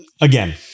again